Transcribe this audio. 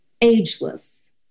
ageless